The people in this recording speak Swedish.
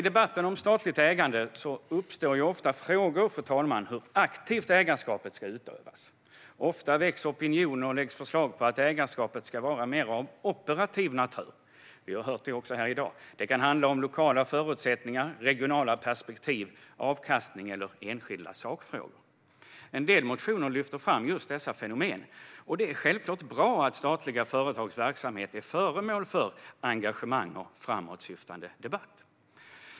I debatten om statligt ägande uppstår ofta frågor om hur aktivt ägarskapet ska utövas. Ofta väcks opinion och läggs förslag om att ägarskapet ska vara av mer operativ natur. Det har vi även hört i dag. Det kan handla om lokala förutsättningar, regionala perspektiv, avkastning eller enskilda sakfrågor. En del motioner lyfter fram dessa fenomen. Det är självfallet bra att de statliga företagens verksamhet är föremål för engagemang och framåtsyftande debatt.